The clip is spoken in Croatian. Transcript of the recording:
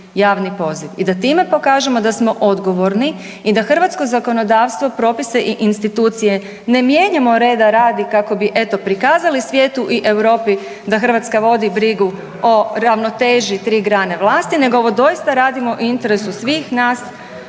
javni poziv i da time pokažemo da smo odgovorni i da hrvatsko zakonodavstvo propise i institucije ne mijenjamo reda radi kako bi eto prikazali svijetu i Europi da Hrvatska vodi brigu o ravnoteži tri grane vlasti, nego ovo doista radimo u interesu svih nas